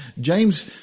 james